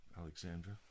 Alexandra